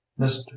mr